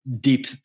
deep